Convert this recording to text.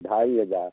ढाई हज़ार